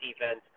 defense